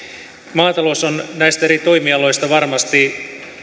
maatalous on näistä eri toimialoista varmasti